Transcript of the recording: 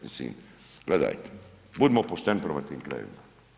Mislim, gledajte, budimo pošteni prema tim krajevima.